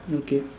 okay